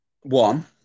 one